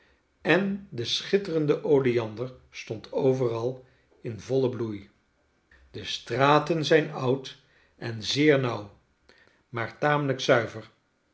en de schitterende oleander stond overal in vollen bloei de straten zijn oud en zeer nauw maar tamelijk zuiver